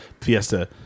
Fiesta